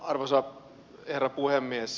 arvoisa herra puhemies